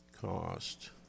cost